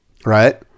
right